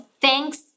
thanks